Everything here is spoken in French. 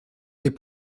des